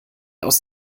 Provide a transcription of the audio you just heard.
aus